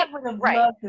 right